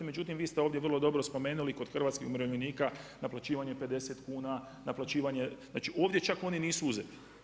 Međutim, vi ste ovdje vrlo dobro spomenuli kod hrvatskih umirovljenika naplaćivanje 50 kuna, naplaćivanje, znači ovdje čak oni nisu uzeti.